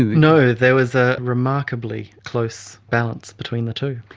no, there was a remarkably close balance between the two.